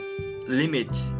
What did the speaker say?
limit